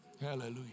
Hallelujah